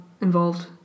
involved